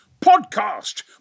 Podcast